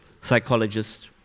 psychologist